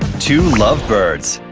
two lovebirds.